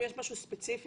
אם יש משהו ספציפי,